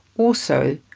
also,